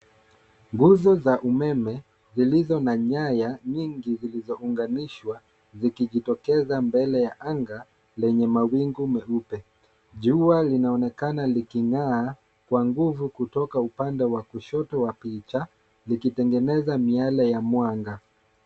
Nguzo za umeme zilizo na nyaya nyingi zilizounganishwa zikijitokeza mbele ya anga lenye mawingu meupe. Jua linaonekana liking'aa kwa nguvu kutoka upande wa kushoto wa picha ikitegeneza miale ya mwanga.